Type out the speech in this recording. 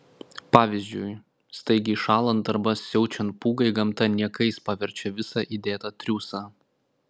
pavyzdžiui staigiai šąlant arba siaučiant pūgai gamta niekais paverčia visą įdėtą triūsą